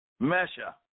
mesha